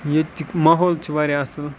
ییٚتِکۍ ماحول چھِ واریاہ اَصٕل